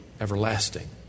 everlasting